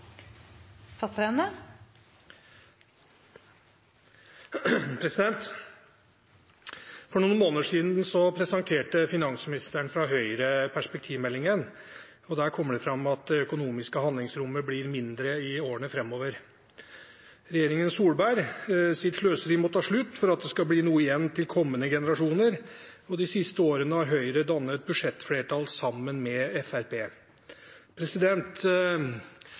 der kommer det fram at det økonomiske handlingsrommet blir mindre i årene framover. Regjeringen Solbergs sløseri må ta slutt for at det skal bli noe igjen til kommende generasjoner, og de siste årene har Høyre dannet budsjettflertall sammen med